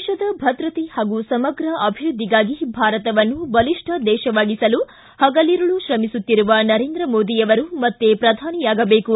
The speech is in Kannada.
ದೇಶದ ಭದ್ರತೆ ಹಾಗೂ ಸಮಗ್ರ ಅಭಿವೃದ್ಧಿಗಾಗಿ ಭಾರತವನ್ನು ಬಲಿಷ್ಠ ದೇಶವಾಗಿಸಲು ಹಗಲಿರುಳು ತ್ರಮಿಸುತ್ತಿರುವ ನರೇಂದ್ರ ಮೋದಿಯವರು ಮತ್ತೆ ಪ್ರಧಾನಿಯಾಗಬೇಕು